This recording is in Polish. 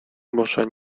może